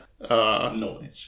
Knowledge